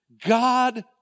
God